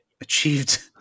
achieved